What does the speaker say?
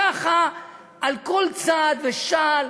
ככה על כל צעד ושעל.